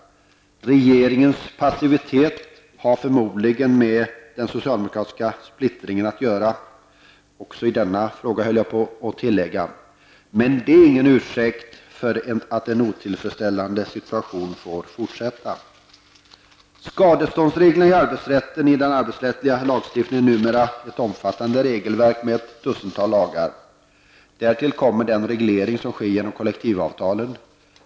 Regeringens passivitet har förmodligen med den socialdemokratiska splittringen att göra -- också i denna fråga, höll jag på att tillägga. Men det är ingen ursäkt för att en otillfredsställande situation får fortsätta. Skadeståndsreglerna i arbetsrätten i den arbetsrättsliga lagstiftningen utgör numera ett omfattande regelverk med ett dussintal lagar. Därtill kommer den reglering som sker genom kollektivavtalen.